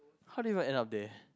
how did you even end up there